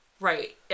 Right